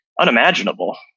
unimaginable